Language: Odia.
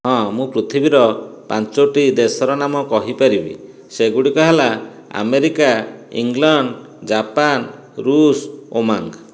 ହଁ ମୁଁ ପୃଥିବୀର ପାଞ୍ଚୋଟି ଦେଶର ନାମ କହିପାରିବି ସେଗୁଡ଼ିକ ହେଲା ଆମେରିକା ଇଂଲଣ୍ଡ ଜାପାନ ଋଷ୍ ଓମାଙ୍ଗ